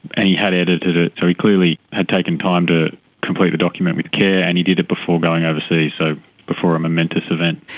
and he had edited it, so ah he clearly had taken time to complete the document with care and he did it before going overseas, so before a momentous event.